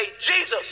Jesus